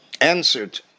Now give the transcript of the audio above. answered